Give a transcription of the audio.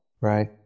Right